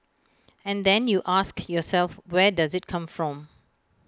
and then you ask yourself where does IT come from